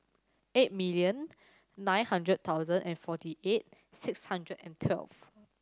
eight million nine hundred thousand and forty eight six hundred and twelve